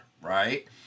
right